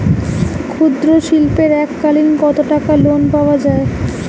ক্ষুদ্রশিল্পের এককালিন কতটাকা লোন পাওয়া য়ায়?